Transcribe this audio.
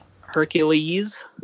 Hercules